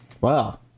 Wow